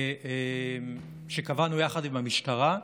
שקבענו יחד עם המשטרה,